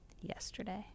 Yesterday